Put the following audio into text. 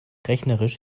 rechnerisch